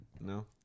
No